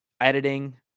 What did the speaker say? editing